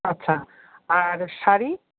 আচ্ছা আর শাড়ি